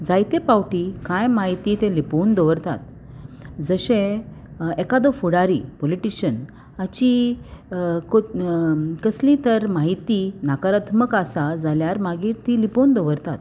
जायते पावटी कांय म्हायती ते लिपोवन दवरतात जशें एकादो फुडारी पोलिटिशन हाची को कसली तर म्हायती नाकारात्मक आसा जाल्यार मागीर ती लिपोवन दवरतात